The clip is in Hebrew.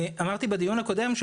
אמרתי בדיון הקודם,